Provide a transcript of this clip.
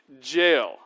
jail